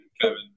Kevin